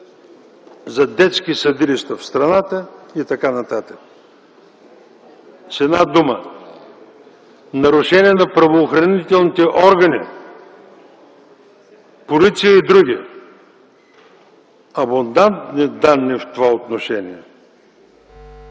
за детски съдилища в страната и т.н. С една дума, нарушения на правоохранителните органи, полиция и др. – абондантни данни в това отношение.